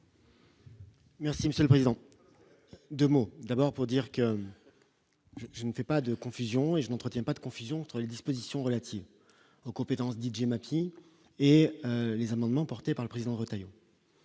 Merci Monsieur le président, 2 mots d'abord pour dire que je ne fais pas de confusion et je n'entretiens pas de confusion entre les dispositions relatives aux compétences Didier Mathy et les amendements portés par le président Retailleau,